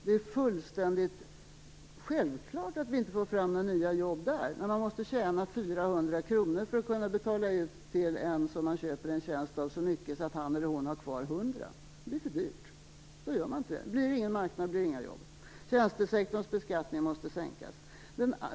Det är fullständigt självklart att vi inte får fram några nya jobb där när man måste tjäna 400 kr för att kunna betala ut till den som man köper en tjänst av så mycket att han eller hon har kvar 100 kr. Det blir för dyrt. Man gör inte det. Det blir ingen marknad och inga jobb. Tjänstesektorns beskattning måste sänkas.